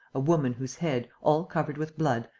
a woman whose head, all covered with blood,